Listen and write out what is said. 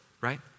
right